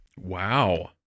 Wow